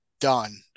done